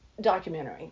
documentary